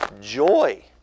joy